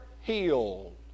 healed